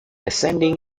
ascending